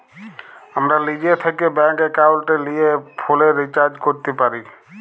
আমরা লিজে থ্যাকে ব্যাংক একাউলটে লিয়ে ফোলের রিচাজ ক্যরতে পারি